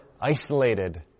isolated